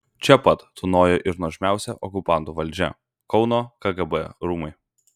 čia pat tūnojo ir nuožmiausia okupantų valdžia kauno kgb rūmai